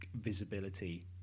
visibility